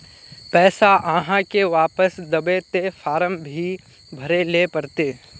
पैसा आहाँ के वापस दबे ते फारम भी भरें ले पड़ते?